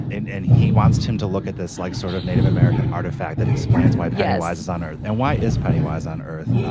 and and he wants him to look at this like sort of native american artifact that explains why but yeah why is on earth and why is penny wise on earth.